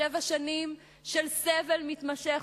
שבע שנים של סבל מתמשך,